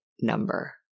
number